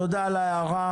תודה על ההערה.